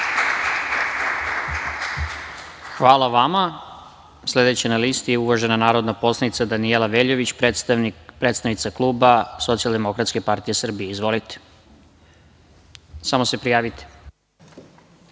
Hvala vama. Sledeća na listi je uvažena narodna poslanica Danijela Veljović, predstavnica kluba Socijaldemokratske partije Srbije. Izvolite. **Danijela